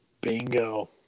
bingo